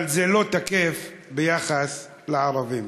אבל זה לא תקף ביחס לערבים.